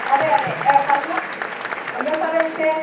അതെ അതെ പറഞ്ഞോ എന്തോ സാറേ വിഷയം